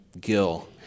Gill